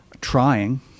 Trying